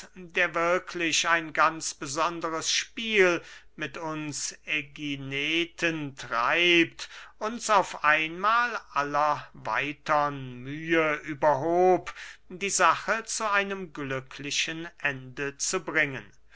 der wirklich ein ganz besonderes spiel mit uns ägineten treibt uns auf einmahl aller weitern mühe überhob die sache zu einem glücklichen ende zu bringen